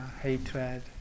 hatred